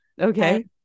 Okay